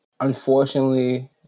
Unfortunately